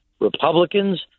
Republicans